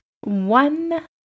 one